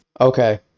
Okay